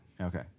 Okay